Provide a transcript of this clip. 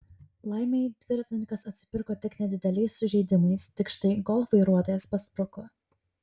laimei dviratininkas atsipirko tik nedideliais sužeidimais tik štai golf vairuotojas paspruko